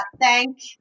thank